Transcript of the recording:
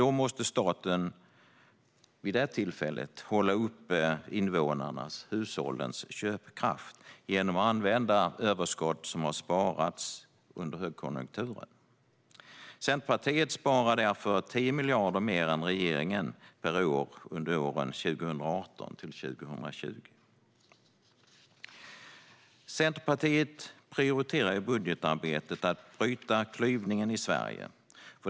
Då måste staten vid det tillfället hålla uppe invånarnas, hushållens, köpkraft genom att använda överskott som har sparats under högkonjunkturen. Centerpartiet sparar därför 10 miljarder mer än regeringen per år under åren 2018-2020. Centerpartiet prioriterar i budgetarbetet att bryta klyvningen av Sverige.